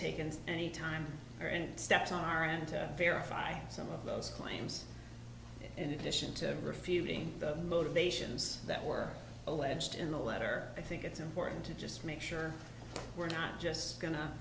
taken any time or any steps on our end to verify some of those claims in addition to refuting the motivations that were alleged in the letter i think it's important to just make sure we're not just go